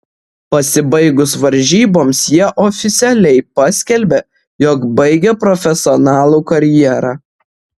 pasibaigus varžyboms jie oficialiai paskelbė jog baigia profesionalų karjerą